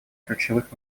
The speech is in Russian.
ключевых